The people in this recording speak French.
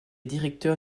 directeur